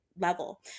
level